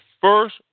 first